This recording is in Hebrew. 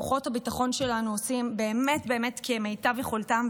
כוחות הביטחון שלנו עושים באמת באמת כמיטב יכולתם,